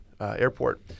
airport